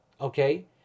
okay